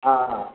हॅं